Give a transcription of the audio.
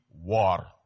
war